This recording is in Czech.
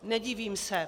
Nedivím se.